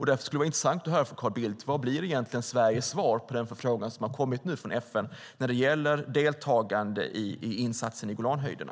Det skulle vara intressant att få höra från Carl Bildt: Vad blir egentligen Sveriges svar på den förfrågan som nu kommit från FN när det gäller deltagande i insatsen i Golanhöjderna?